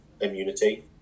immunity